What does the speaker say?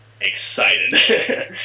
excited